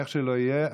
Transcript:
איך שלא יהיה,